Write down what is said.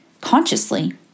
consciously